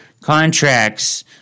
contracts